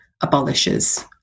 abolishes